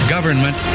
Government